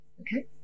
okay